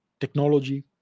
technology